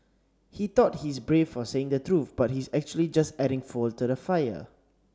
he thought he's brave for saying the truth but he's actually just adding fuel to the fire